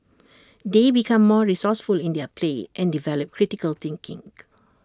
they become more resourceful in their play and develop critical thinking